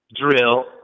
drill